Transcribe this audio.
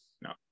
No